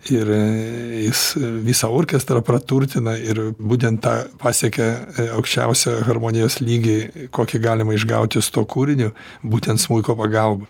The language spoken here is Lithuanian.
ir jis visą orkestrą praturtina ir būtent tą pasiekia aukščiausią harmonijos lygį kokį galima išgauti su tuo kūriniu būtent smuiko pagalba